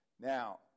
Now